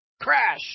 Crash